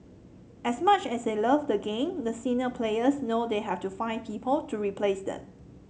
as much as they love the game the senior players know they have to find people to replace them